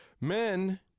Men